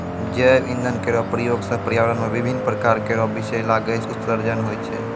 जैव इंधन केरो प्रयोग सँ पर्यावरण म विभिन्न प्रकार केरो बिसैला गैस उत्सर्जन होय छै